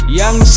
young